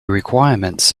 requirements